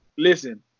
Listen